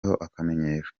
akamenyero